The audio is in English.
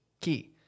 key